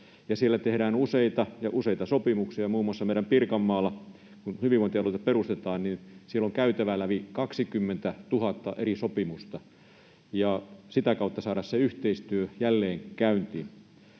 siellä tehdään useita sopimuksia — muun muassa meidän Pirkanmaalla, kun hyvinvointialueita perustetaan, niin siellä on käytävä läpi 20 000 eri sopimusta ja sitä kautta yritettävä saada se yhteistyö jälleen käyntiin.